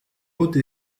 haute